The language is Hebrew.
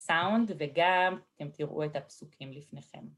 סאונד וגם, אתם תראו את הפסוקים לפניכם.